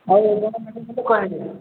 ଆଉ